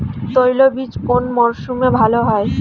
তৈলবীজ কোন মরশুমে ভাল হয়?